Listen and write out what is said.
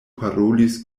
parolis